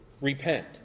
repent